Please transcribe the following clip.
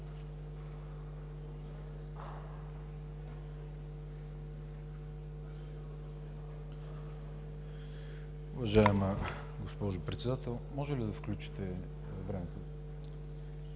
Уважаема госпожо Председател, може ли да включите времето?